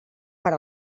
per